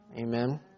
amen